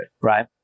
Right